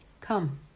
Come